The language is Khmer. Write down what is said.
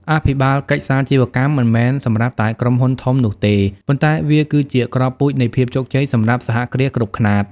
អភិបាលកិច្ចសាជីវកម្មមិនមែនសម្រាប់តែក្រុមហ៊ុនធំនោះទេ ប៉ុន្តែវាគឺជា "គ្រាប់ពូជ" នៃភាពជោគជ័យសម្រាប់សហគ្រាសគ្រប់ខ្នាត។